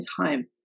time